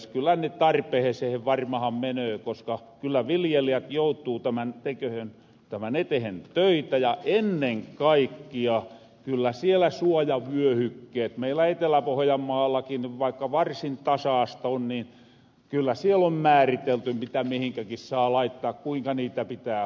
kyllä ne tarpehesehen varmahan menöö koska kyllä viljelijät joutuu tekehen tämän etehen töitä ja ennen kaikkia kyllä siellä suojavyöhykkeet meillä etelä pohojanmaallakin vaikka varsin tasaasta on niin kyllä siellä on määritelty mitä mihinkäki saa laittaa kuinka niitä pitää hoitaa